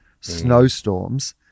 snowstorms